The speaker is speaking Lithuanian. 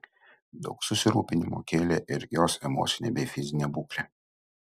daug susirūpinimo kėlė ir jos emocinė bei fizinė būklė